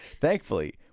Thankfully